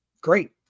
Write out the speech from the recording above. Great